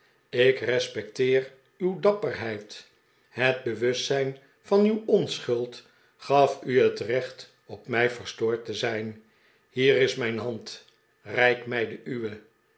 ik respecteer uw dapperheid het bewustzijn van uw onv schuld gaf u het recht op mij verstoord te zijn hier is mijn hand reik mij de